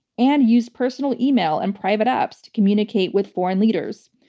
and used personal email and private apps to communicate with foreign leaders.